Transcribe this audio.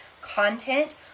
content